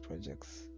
projects